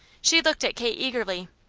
she looked at kate eagerly.